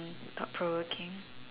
thought-provoking